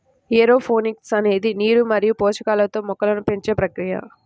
aeroponics అనేది నీరు మరియు పోషకాలతో మొక్కలను పెంచే ప్రక్రియ